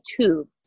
tube